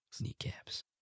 Kneecaps